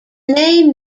name